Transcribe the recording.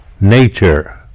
nature